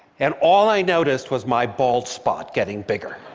and all i noticed was my bald spot getting bigger.